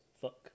fuck